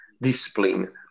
discipline